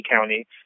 County